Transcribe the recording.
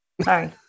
Sorry